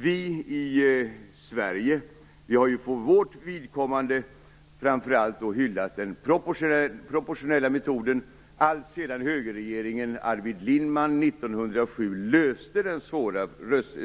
Vi i Sverige har ju för vårt vidkommande framför allt hyllat den proportionella metoden, alltsedan högerregeringen Arvid Lindman 1907 löste den